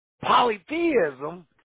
polytheism